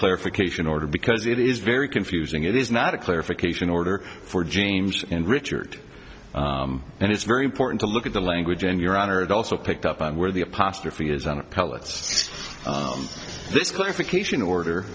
clarification order because it is very confusing it is not a clarification order for james and richard and it's very important to look at the language in your honor it also picked up on where the apostrophe is an a